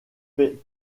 fait